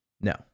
no